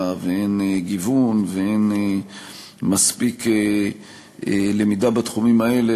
ואין גיוון ואין מספיק למידה בתחומים האלה,